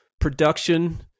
production